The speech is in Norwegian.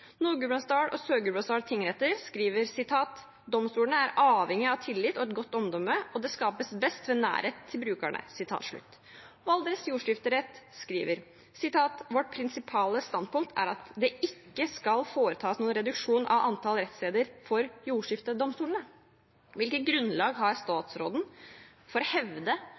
og Sør-Gudbrandsdal tingretter skriver: «Domstolene er avhengig av tillit og et godt omdømme og det skapes best ved nærhet til brukerne.» Valdres jordskifterett skriver: Vårt prinsipale standpunkt er at det ikke skal foretas noen reduksjon av antall rettssteder for jordskiftedomstolene. Hvilket grunnlag har statsråden for å hevde